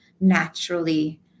naturally